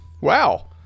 Wow